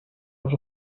out